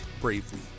bravely